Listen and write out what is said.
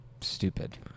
stupid